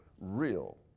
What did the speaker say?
real